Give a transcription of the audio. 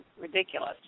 ridiculous